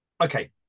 Okay